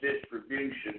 distribution